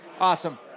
Awesome